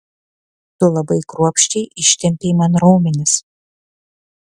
tu labai kruopščiai ištempei man raumenis